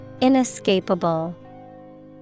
Inescapable